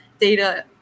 data